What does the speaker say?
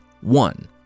One